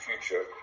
future